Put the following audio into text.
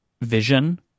vision